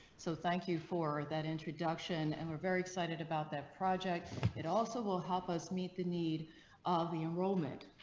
so thank you for that introduction. and we're very excited about that project. it also will help us meet the need of the enrollment.